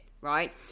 right